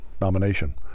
nomination